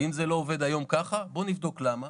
אם היום זה לא עובד ככה, בואו נבדוק למה.